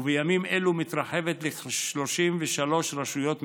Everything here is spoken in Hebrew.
ובימים אלו מתרחבת ל-33 רשויות מקומיות.